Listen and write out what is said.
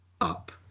up